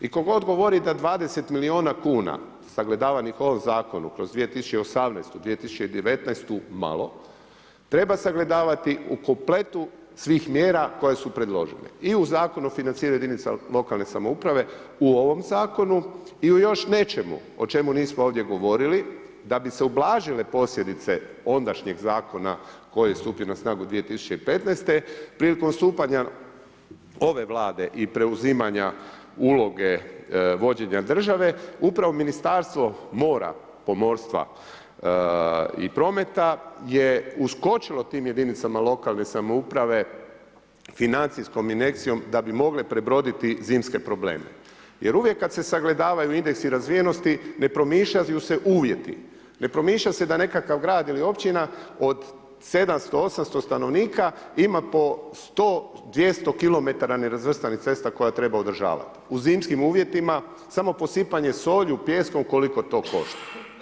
I tko god govori da 20 milijuna kuna, sagledavanih u ovom zakonu kroz 2018., 2019. malo, treba sagledavati u kompletu svih mjera koje su predložili i u Zakonu o financiranju jedinica lokalne samouprave u ovom zakonu i u još nečemu o čemu nismo ovdje govorili, da bi se ublažile posljedice ondašnjeg zakona koji je stupio na snagu 2015. prilikom stupanja ove vlade i preuzimanja uloge vođenja države, upravo Ministarstvo mora pomorstva i prometa je uskočilo tim jedinicama lokalne samouprave financijskom injekcijom da bi mogle prebroditi zimske probleme jer uvijek kad se sagledavaju indeksi razvijenosti ne promišljaju se uvjeti, ne promišlja se da nekakav grad ili općina od 700, 800 stanovnika ima po 100, 200 kilometara nerazvrstanih cesta koje treba održavati, u zimskim uvjetima samo posipanje solju, pijeskom, koliko to košta.